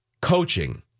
Coaching